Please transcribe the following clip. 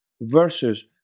versus